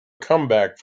comeback